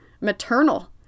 Maternal